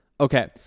Okay